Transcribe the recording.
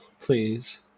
Please